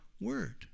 word